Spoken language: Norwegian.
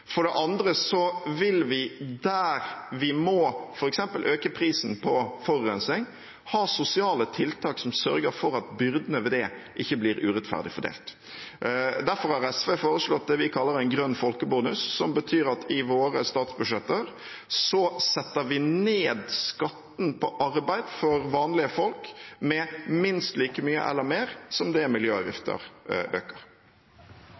For det andre vil vi, der vi må, f.eks. øke prisen på forurensing, ha sosiale tiltak som sørger for at byrdene ved det ikke blir urettferdig fordelt. Derfor har SV foreslått det vi kaller en grønn folkebonus, som betyr at i våre alternative statsbudsjetter, setter vi ned skatten på arbeid for vanlige folk med minst like mye eller mer som det miljøavgifter øker.